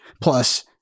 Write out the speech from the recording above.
plus